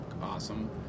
Awesome